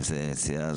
אם זאת נסיעה.